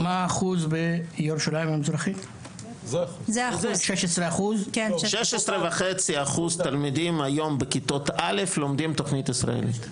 שש עשרה וחצי אחוז תלמידים היום בכיתות א' לומדים תכנית ישראלית.